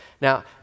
Now